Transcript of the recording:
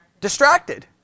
distracted